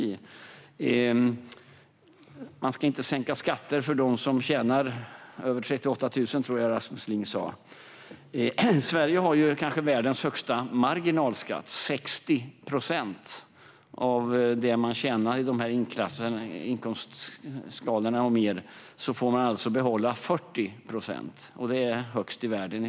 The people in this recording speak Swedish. Jag tror att Rasmus Ling sa att man inte ska sänka skatter för dem som tjänar över 38 000 kronor. Sverige har kanske världens högsta marginalskatt. Den är 60 procent. Av det man tjänar i den inkomstklassen och om man tjänar mer får man behålla 40 procent. Det är i stort sett högst i världen.